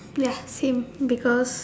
ya same because